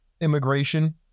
immigration